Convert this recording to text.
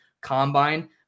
combine